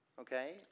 Okay